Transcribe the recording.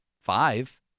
five